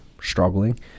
struggling